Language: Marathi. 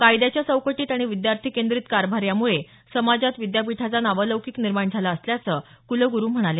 कायद्याच्या चौकटीत आणि विद्यार्थी केंद्रीत कारभार यामुळे समाजात विद्यापीठाचा नावलौकीक निर्माण झाला असल्याचं कुलगुरू म्हणाले